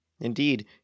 Indeed